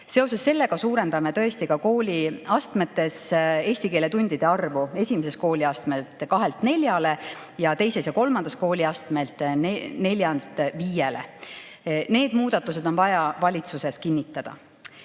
Seoses sellega suurendame kooliastmetes eesti keele tundide arvu: esimeses kooliastmes kahelt neljale ning teises ja kolmandas kooliastmes neljalt viiele. Need muudatused on vaja valitsuses kinnitada. Sidusime